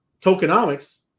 tokenomics